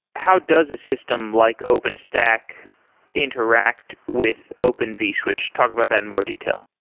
how does a system like openstack interact with open vswitch? talk about that in more detail.